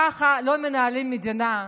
ככה לא מנהלים מדינה.